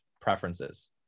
preferences